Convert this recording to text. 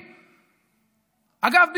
אגב,